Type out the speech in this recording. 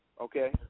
Okay